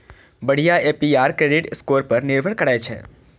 बढ़िया APR credit score पर निर्भर करै छै